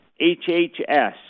HHS